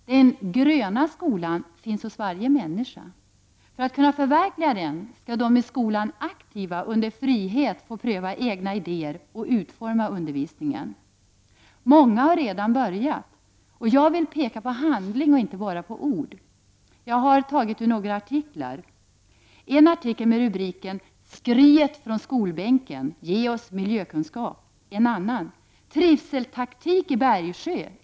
”Den gröna skolan” finns hos varje människa. För att kunna förverkliga den skall de i skolan aktiva under frihet få pröva egna idéer och utforma undervisningen. Många har redan börjat. Jag vill peka på handling och inte bara på ord. Jag har några artiklar — en artikel med rubriken: ”Skriet från skolbänken: Ge oss miljökunskap!” En annan: ”Trivseltaktik i Bergsjö.